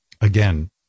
again